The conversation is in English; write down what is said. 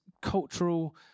cultural